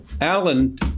Alan